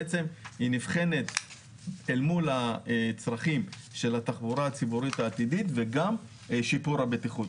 נבחנת אל מול הצרכים של התחבורה הציבורית העתידית וגם שיפור הבטיחות,